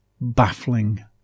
baffling